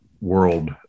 world